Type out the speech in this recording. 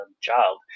child